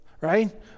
right